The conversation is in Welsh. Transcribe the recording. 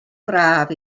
braf